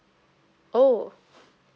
oh